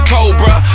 Cobra